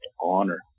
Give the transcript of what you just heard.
honor